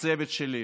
לצוות שלי,